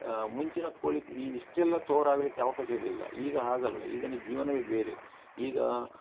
ಮುಂಚಿನ ಕೋಳಿ ಇಷ್ಟೆಲ್ಲ ತೋರ ಆಗಲಿಕ್ಕೆ ಅವಕಾಶ ಇರಲಿಲ್ಲ ಈಗ ಹಾಗಲ್ಲ ಈಗಿನ ಜೀವನವೇ ಬೇರೆ ಈಗ